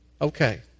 Okay